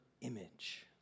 image